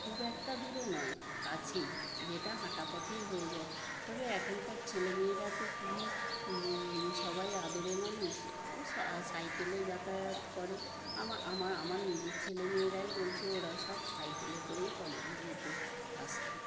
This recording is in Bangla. খুব একটা দূরে নয় কাছেই যেটা হাঁটা পথেই হয়ে যায় তবে এখনকার ছেলেমেয়েরা তো খুবই সবাই আদরে মানুষ ও সাইকেলে যাতায়াত করে আমার নিজের ছেলেমেয়েরাই বলছি ওরা সব সাইকেলে করেই কলেজে যেত আসতো